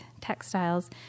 textiles